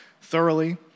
thoroughly